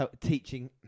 teaching